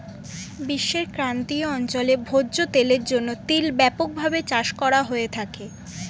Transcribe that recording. বিশ্বের ক্রান্তীয় অঞ্চলে ভোজ্য তেলের জন্য তিল ব্যাপকভাবে চাষ করা হয়ে থাকে